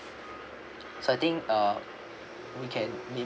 so I think uh we can may~